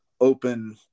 open